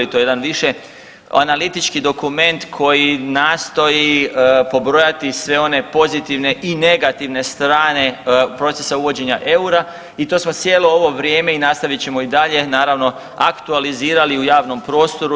To je jedan više analitički dokument koji nastoji pobrojiti sve one pozitivne i negativne strane procesa uvođenja eura i to smo cijelo ovo vrijeme i nastavit ćemo i dalje naravno aktualizirali u javnom prostoru.